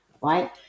right